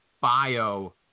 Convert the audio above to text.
bio